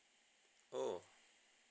oh